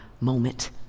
moment